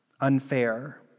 unfair